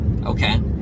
okay